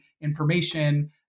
information